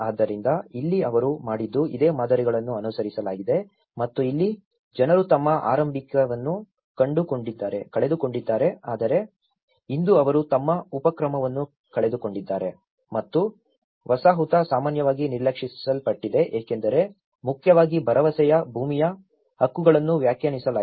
ಆದ್ದರಿಂದ ಇಲ್ಲಿ ಅವರು ಮಾಡಿದ್ದು ಇದೇ ಮಾದರಿಗಳನ್ನು ಅನುಸರಿಸಲಾಗಿದೆ ಮತ್ತು ಇಲ್ಲಿ ಜನರು ತಮ್ಮ ಆರಂಭಿಕವನ್ನು ಕಳೆದುಕೊಂಡಿದ್ದಾರೆ ಆದರೆ ಇಂದು ಅವರು ತಮ್ಮ ಉಪಕ್ರಮವನ್ನು ಕಳೆದುಕೊಂಡಿದ್ದಾರೆ ಮತ್ತು ವಸಾಹತು ಸಾಮಾನ್ಯವಾಗಿ ನಿರ್ಲಕ್ಷಿಸಲ್ಪಟ್ಟಿದೆ ಏಕೆಂದರೆ ಮುಖ್ಯವಾಗಿ ಭರವಸೆಯ ಭೂಮಿಯ ಹಕ್ಕುಗಳನ್ನು ವ್ಯಾಖ್ಯಾನಿಸಲಾಗಿಲ್ಲ